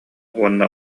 уонна